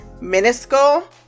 minuscule